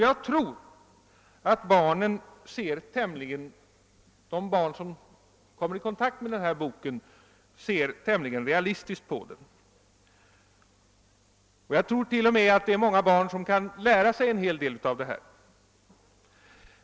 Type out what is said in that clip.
Jag tror att de barn som kommer i kontakt med denna bok ser tämligen realistiskt på den. Jag tror t.o.m. att det är många barn som kan lära sig en hel del av detta.